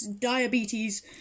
Diabetes